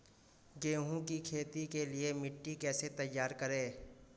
गेहूँ की खेती के लिए मिट्टी कैसे तैयार करें?